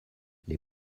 les